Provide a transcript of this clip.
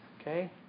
Okay